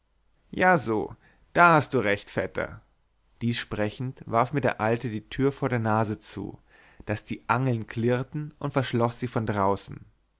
ja so da hast du recht vetter dies sprechend warf mir der alte die tür vor der nase zu daß die angeln klirrten und verschloß sie von draußen